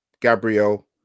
Gabriel